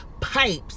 pipes